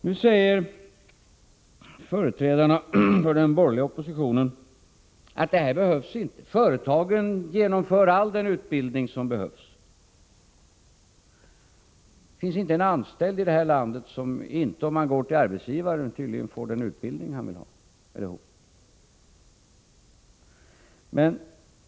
Nu säger företrädarna för den borgerliga oppositionen att detta inte behövs — företagen genomför all den utbildning som behövs. Det finns tydligen inte en anställd i det här landet som inte — om man går till arbetsgivaren — får den utbildning som han eller hon vill ha.